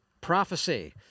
prophecy